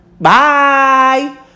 Bye